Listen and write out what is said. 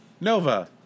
Nova